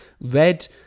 red